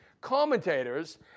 commentators